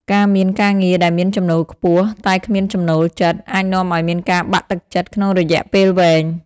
ការមានការងារដែលមានចំណូលខ្ពស់ តែគ្មានចំណូលចិត្ត អាចនាំឱ្យមានការបាក់ទឹកចិត្តក្នុងរយៈពេលវែង។